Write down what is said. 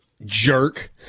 Jerk